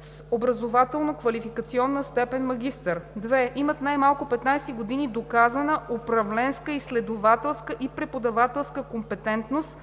с образователно-квалификационна степен „магистър“. 2. имат най-малко 15 години доказана (управленска, изследователска и преподавателска) компетентност